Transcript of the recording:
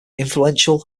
influential